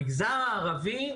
המגזר הערבי,